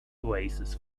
oasis